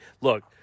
look